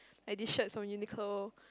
like this shirt is from Uniqlo